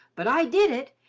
but i did it,